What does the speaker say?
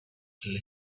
kill